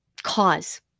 cause